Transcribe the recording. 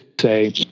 say